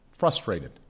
frustrated